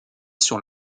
sur